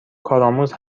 کارآموز